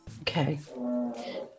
Okay